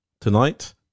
Tonight